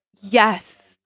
Yes